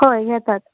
हय येतात